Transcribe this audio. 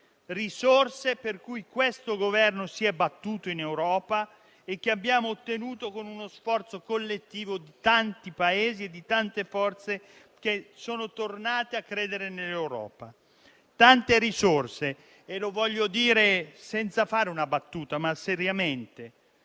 Risorse per cui questo Governo si è battuto in Europa e che abbiamo ottenuto con uno sforzo collettivo di tanti Paesi e di tante forze che sono tornate a credere nell'Europa. Si tratta di tante risorse; lo voglio dire senza fare una battuta, ma seriamente.